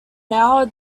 now